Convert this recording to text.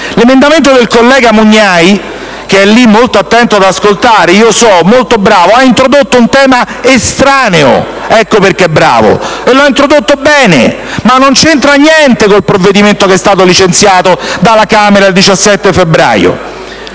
L'emendamento del collega Mugnai, che sta molto attento ad ascoltare e - lo so - é molto bravo, ha introdotto un tema estraneo - ecco perché è bravo - e lo ha introdotto bene, ma non c'entra niente con il provvedimento licenziato dalla Camera il 17 febbraio.